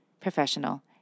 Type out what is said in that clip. professional